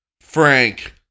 Frank